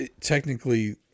technically